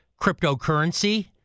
cryptocurrency